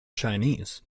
chinese